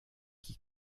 qui